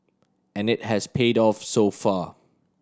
and it has paid off so far